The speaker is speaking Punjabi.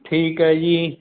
ਠੀਕ ਹੈ ਜੀ